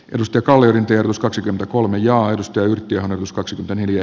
risto kalevi kierros kaksikymmentäkolme ja yhtiö on os kaksi neljä